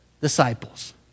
disciples